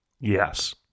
Yes